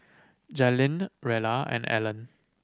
Jaylin Rella and Allen